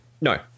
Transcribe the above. No